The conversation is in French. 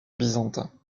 byzantin